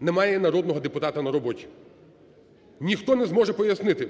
немає народного депутата на роботі? Ніхто не зможе пояснити,